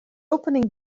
opening